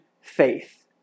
faith